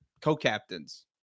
Co-captains